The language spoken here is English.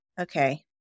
okay